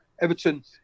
Everton